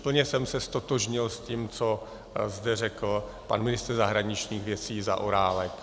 Plně jsem se ztotožnil s tím, co zde řekl pan ministr zahraničních věcí Zaorálek.